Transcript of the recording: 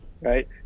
right